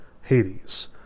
Hades